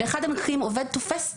באחד המקרים עובד תופס טלה,